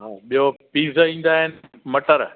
हा ॿियो पीस ईंदा आहिनि मटर